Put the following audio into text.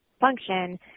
function